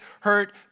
hurt